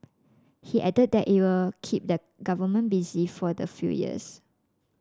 he added that it will keep the government busy for the few years